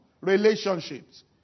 relationships